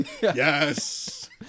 yes